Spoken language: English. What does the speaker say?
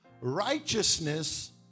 Righteousness